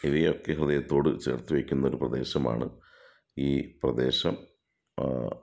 ഇവയൊക്കെ ഹൃദയത്തോട് ചേർത്തുവെയ്ക്കുന്ന ഒരു പ്രദേശമാണ് ഈ പ്രദേശം